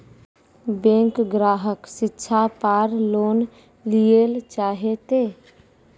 Bank ग्राहक शिक्षा पार लोन लियेल चाहे ते?